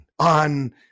on